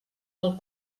del